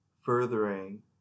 furthering